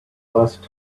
last